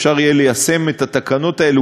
אפשר יהיה ליישם את התקנות האלה.